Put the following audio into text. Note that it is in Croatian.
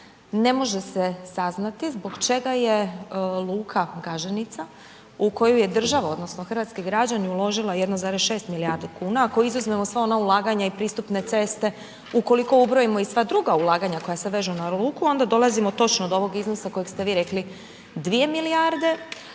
ne može se saznati, zbog čega je luka Gaženica, u koju je država, odnosno, hrvatski građani uložila 1,6 milijardi kuna, ako izuzmemo sva ona ulaganja i prisutne ceste, ukoliko ubrojimo i sva druga ulaganja koja se vežu na luku, onda dolazimo točno do ovog iznosa koje ste vi rekli 2 milijarde,